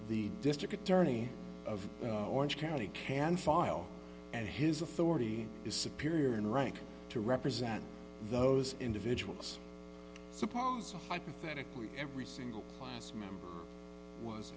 the district attorney of orange county can file and his authority is superior in rank to represent those individuals suppose hypothetically every single class member was